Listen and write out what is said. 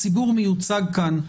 הציבור מיוצג כאן,